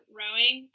rowing